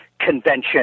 convention